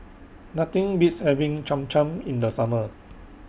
Nothing Beats having Cham Cham in The Summer